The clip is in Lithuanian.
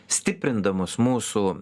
stiprindamos mūsų